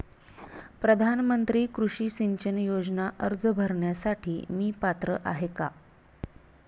प्रधानमंत्री कृषी सिंचन योजना अर्ज भरण्यासाठी मी पात्र आहे का?